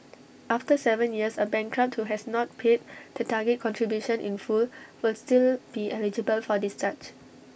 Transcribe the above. after Seven years A bankrupt who has not paid the target contribution in full will still be eligible for discharge